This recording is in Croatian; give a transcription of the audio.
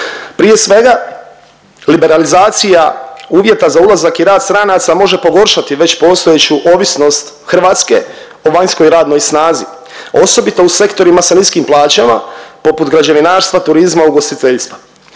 Prije svega liberalizacija uvjeta za ulazak i rad stranaca može pogoršati već postojeću ovisnost Hrvatske o vanjskoj radnoj snazi, osobito u sektorima sa niskim plaćama poput građevinarstva, turizma, ugostiteljstva.